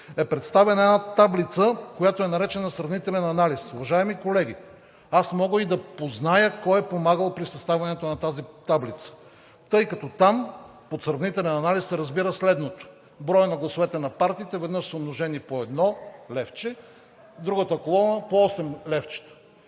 е представена една таблица, която е наречена Сравнителен анализ. Уважаеми колеги, аз мога и да позная кой е помагал при съставянето на тази таблица, тъй като там под сравнителен анализ се разбира следното: броят на гласовете на партиите, веднъж умножени по едно левче, другата колона – по осем левчета,